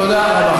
תודה רבה.